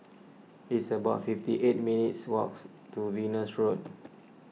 it's about fifty eight minutes' walks to Venus Road